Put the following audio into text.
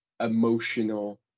emotional